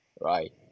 right